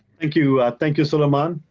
thank you, thank you soulaymane.